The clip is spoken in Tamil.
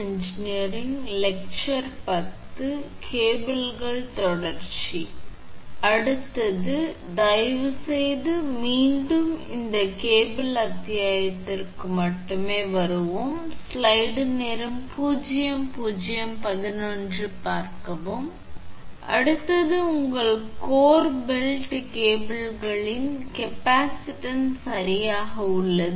எனவே அடுத்தது உங்கள் கோர் பெல்ட் கேபிள்களின் கேப்பாசிட்டன்ஸ் சரியாக உள்ளது